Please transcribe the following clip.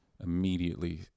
immediately